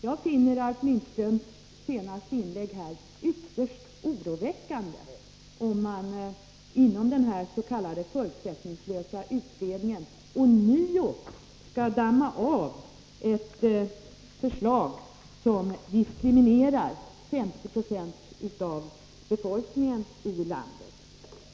Jag finner det ytterst oroväckande om man — som Ralf Lindström antydde i sitt senaste inlägg — inom denna s.k. förutsättningslösa utredning ånyo skall damma av ett förslag som diskriminerar 50 76 av befolkningen i landet.